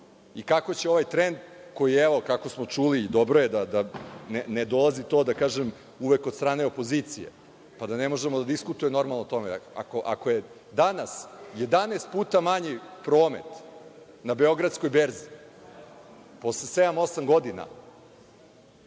i kako će ovaj trend koji evo, kako smo čuli, dobro je da ne dolazi to uvek, da kažem, od strane opozicije, pa da ne možemo da diskutujemo normalno o tome. Ako je danas 11 puta manji promet na Beogradskoj berzi, posle sedam,